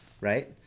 right